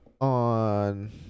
on